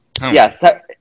Yes